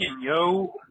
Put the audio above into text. yo